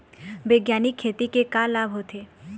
बैग्यानिक खेती के का लाभ होथे?